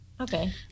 okay